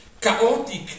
chaotic